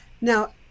now